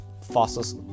fossils